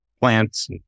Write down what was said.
plants